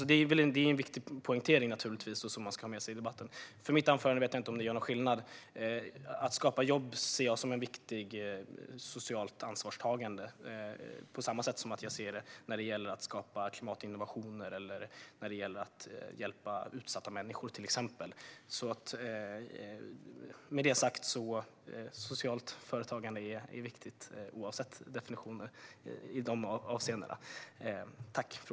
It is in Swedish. Men det är naturligtvis en viktig poängtering som man ska ha med sig i debatten. För mitt anförande vet jag inte om det gör någon skillnad. Att skapa jobb ser jag som ett viktigt socialt ansvarstagande på samma sätt som jag ser till exempel skapandet av klimatinnovationer eller att hjälpa utsatta människor. Med detta sagt är det viktigt med socialt företagande oavsett definitioner.